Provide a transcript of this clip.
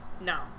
No